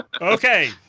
Okay